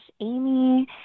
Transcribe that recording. Amy